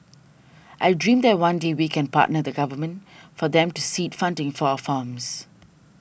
I dream that one day we can partner the Government for them to seed funding for our farms